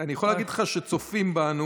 אני יכול להגיד לך שצופים בנו.